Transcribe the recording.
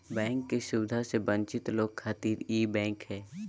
bank के सुविधा से वंचित लोग खातिर ई बैंक हय